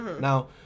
Now